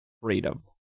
freedom